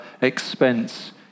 expense